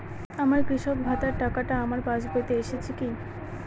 আমার কৃষক ভাতার টাকাটা আমার পাসবইতে এসেছে কি?